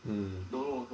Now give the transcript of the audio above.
mm